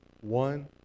one